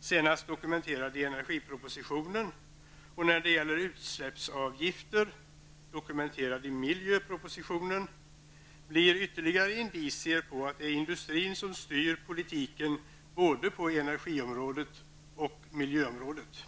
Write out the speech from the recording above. senast dokumenterad i energipropositionen och när det gäller utsläppsavgifter dokumenterad i miljöpropositionen -- blir ytterligare indicier på att det är industrin som styr politiken på både energiområdet och miljöområdet.